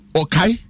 okay